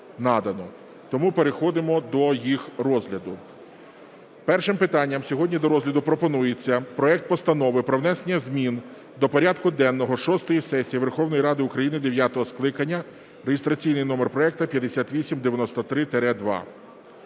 Тому переходимо до їх розгляду. Першим питанням сьогодні до розгляду пропонується проект Постанови про внесення змін до порядку денного шостої сесії Верховної Ради України дев'ятого скликання (реєстраційний номер проекту 5893-2).